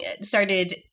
started